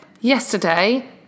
Yesterday